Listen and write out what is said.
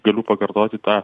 galiu pakartoti tą